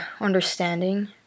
understanding